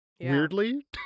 weirdly